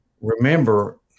remember